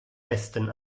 besten